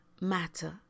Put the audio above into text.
matter